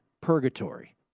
purgatory